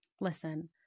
listen